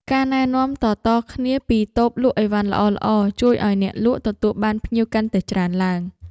ការណែនាំតៗគ្នាពីតូបលក់ឥវ៉ាន់ល្អៗជួយឱ្យអ្នកលក់ទទួលបានភ្ញៀវកាន់តែច្រើនឡើង។